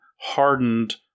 hardened